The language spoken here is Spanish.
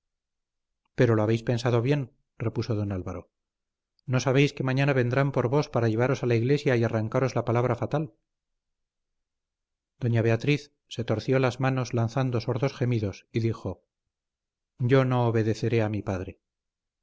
pero lo habéis pensado bien repuso don álvaro no sabéis que mañana vendrán por vos para llevaros a la iglesia y arrancaros la palabra fatal doña beatriz se retorció las manos lanzando sordos gemidos y dijo yo no obedeceré a mi padre